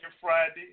Friday